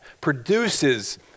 produces